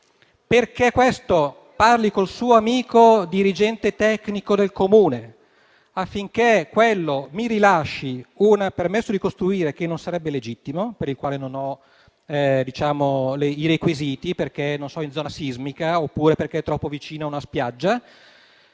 perché parli con il suo amico dirigente tecnico del Comune, affinché mi rilasci un permesso di costruire che non sarebbe legittimo e per il quale non ho i requisiti (perché in zona sismica oppure perché troppo vicino a una spiaggia),